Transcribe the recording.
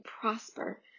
prosper